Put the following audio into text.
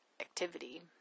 activity